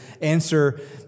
answer